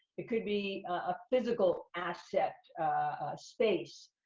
it could be a physical asset, a space,